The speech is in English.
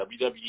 WWE